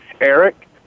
Eric